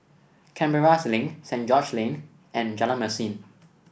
Canberra Link St George's Lane and Jalan Mesin